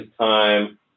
time